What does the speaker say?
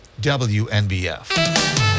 WNBF